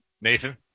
Nathan